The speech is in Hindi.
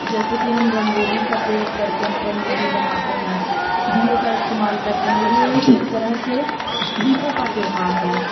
जैसे कि हम रंगोली का प्रयोग करते है रंगोली बनाते हैं दियो का इस्तेमाल करते है ये एक तरह से दीपों का त्योहार है